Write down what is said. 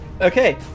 Okay